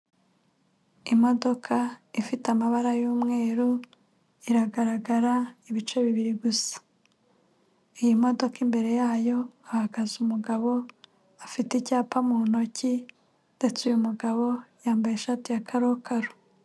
Imodoka ifite amabara y'umweru iragaragara ibice bibiri gusa, iyi modoka imbere yayo hahagaze umugabo afite icyapa mu ntoki ndetse uyu mugabo yambaye ishati ya karokaro.